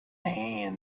hand